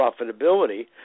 profitability